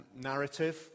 narrative